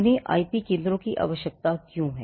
उन्हें आईपी केंद्रों की आवश्यकता क्यों है